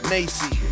Nacy